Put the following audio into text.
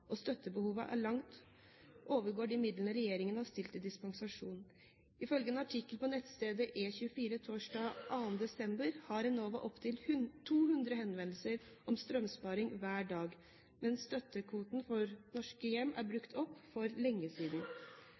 og støttebehovet overgår langt de midlene regjeringen har stilt til disposisjon. Ifølge en artikkel på nettstedet E24 torsdag 2. desember har Enova opptil 200 henvendelser om strømsparing hver dag, men støttekvoten for norske hjem er brukt opp for lenge siden.